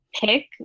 pick